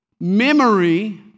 memory